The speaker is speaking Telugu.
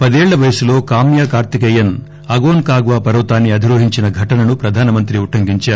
పదేళ్ల వయసులో కామ్యా కార్తికేయన్ అకోస్ కాగ్నా పర్వతాన్ని అధిరోహించిన ఘటనను ప్రధానమంత్రి ఉటంకించారు